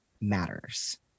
matters